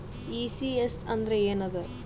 ECS ಅಂದ್ರ ಏನದ?